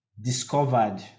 discovered